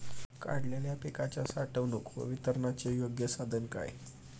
काढलेल्या पिकाच्या साठवणूक व वितरणाचे योग्य साधन काय?